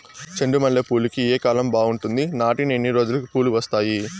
చెండు మల్లె పూలుకి ఏ కాలం బావుంటుంది? నాటిన ఎన్ని రోజులకు పూలు వస్తాయి?